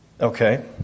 Okay